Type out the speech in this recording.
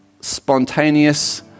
spontaneous